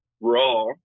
Raw